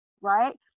right